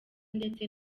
ndetse